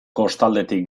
kostaldetik